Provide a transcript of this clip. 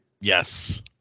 Yes